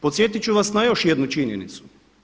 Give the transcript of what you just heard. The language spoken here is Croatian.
Podsjetiti ću vas na još jednu činjenicu.